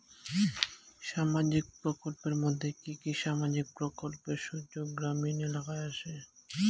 সামাজিক প্রকল্পের মধ্যে কি কি সামাজিক প্রকল্পের সুযোগ গ্রামীণ এলাকায় আসে?